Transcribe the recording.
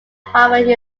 harvard